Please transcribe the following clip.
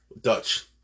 Dutch